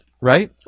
Right